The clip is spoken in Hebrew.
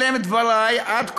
אלה הם דברי עד כה.